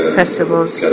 festivals